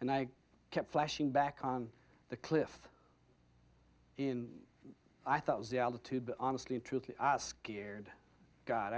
and i kept flashing back on the cliff in i thought was the altitude but i honestly and truly scared go